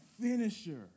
finisher